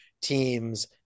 teams